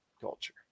Culture